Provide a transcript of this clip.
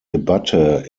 debatte